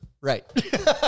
right